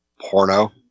porno